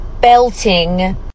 belting